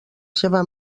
seva